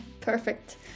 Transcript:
Perfect